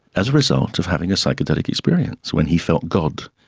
as a result of having a psychedelic experience, when he felt god.